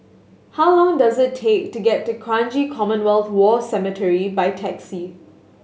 how long does it take to get to Kranji Commonwealth War Cemetery by taxi